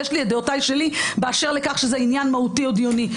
יש לי את דעותיי שלי באשר לכך שזה עניין מהותי או דיוני.